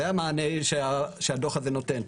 זה המענה שהדוח הזה נותן.